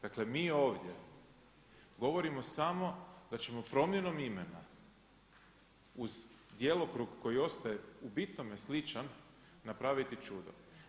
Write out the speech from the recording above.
Dakle mi ovdje govorimo samo da ćemo promjenom imena uz djelokrug koji ostaje u bitnome sličan napraviti čudo.